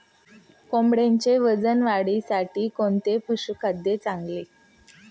कोंबडीच्या वजन वाढीसाठी कोणते पशुखाद्य चांगले?